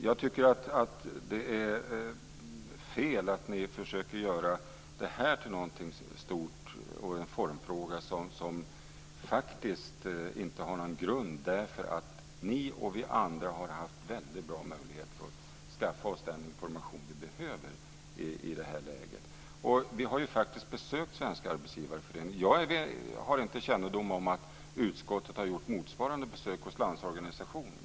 Jag tycker att det är fel att ni försöker göra detta till något stort och en formfråga som faktiskt inte har någon grund, därför att ni och vi andra har haft väldigt bra möjligheter att skaffa oss den information som vi behöver i detta läge. Vi har faktiskt besökt Svenska Arbetsgivareföreningen. Jag har inte kännedom om att utskottet har gjort motsvarande besök hos Landsorganisationen.